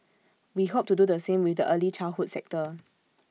we hope to do the same with the early childhood sector